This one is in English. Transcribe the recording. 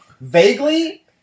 Vaguely